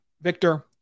victor